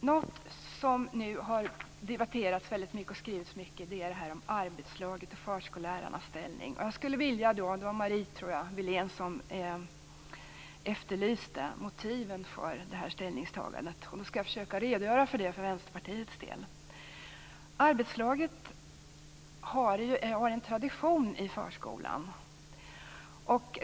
Något som det har debatterats mycket och skrivits mycket om är det här med arbetslaget och förskollärarnas ställning. Jag tror att det var Marie Wilén som efterlyste motiven för det här ställningstagandet. Jag skall försöka redogöra för det för Vänsterpartiets del. Arbetslaget har en tradition i förskolan.